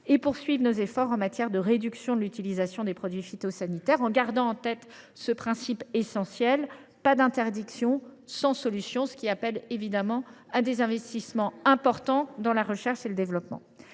poursuivre nos efforts en matière de réduction de l’utilisation des produits phytosanitaires, en gardant en tête ce principe essentiel, « pas d’interdiction sans solution », ce qui suppose évidemment des investissements importants dans la recherche et développement.